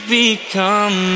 become